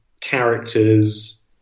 characters